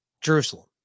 Jerusalem